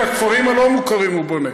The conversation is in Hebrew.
בכפרים הלא-מוכרים הוא בונה